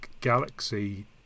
Galaxy